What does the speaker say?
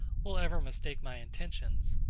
will ever mistake my intentions.